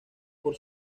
por